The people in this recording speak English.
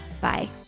Bye